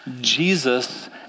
Jesus